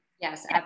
Yes